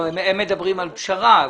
הם מדברים על פשרה.